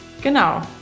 Genau